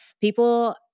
people